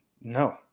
no